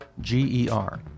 G-E-R